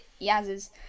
Yaz's